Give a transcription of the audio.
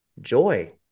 Joy